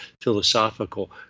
philosophical